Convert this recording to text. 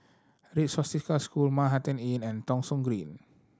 Red Swastika School Manhattan Inn and Thong Soon Green